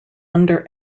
under